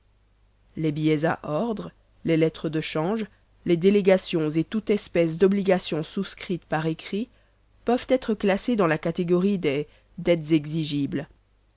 les billets à ordre les lettres de change les délégations et toute espèce d'obligations souscrites par écrit peuvent être classées dans la catégorie des dettes exigibles